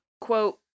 quote